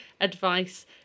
advice